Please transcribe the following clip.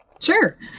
Sure